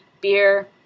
Beer